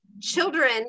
children